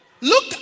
Look